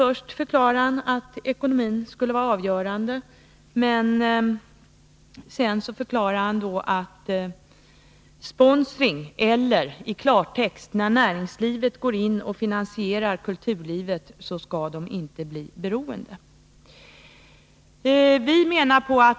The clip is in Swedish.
Först förklarade han att ekonomin skulle vara avgörande, men sedan sade han att sponsring eller, i klartext, när näringslivet går in och finansierar kulturlivet, inte betyder att det uppstår ett beroende när det gäller det kulturella utbudet.